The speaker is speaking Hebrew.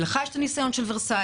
לך יש את הניסיון מאסון ורסאי,